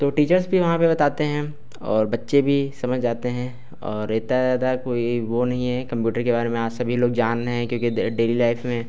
तो टीचर्स भी वहाँ पे बताते हैं और बच्चे भी समझ जाते हैं और इतना ज़्यादा कोई वो नहीं है कम्प्यूटर के बारे में आज सभी लोग जान रहे हैं क्योंकि डेली लाइफ़ में